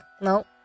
No